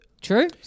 True